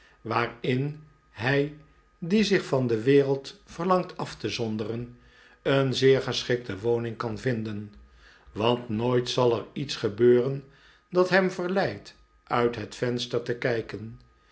waarin hij die zich van de wereld verlangt af te zonderen een zeer geschikte woning kan vinden want nooit zal er iets gebeuren dat hem verleidt uit het venster te kijken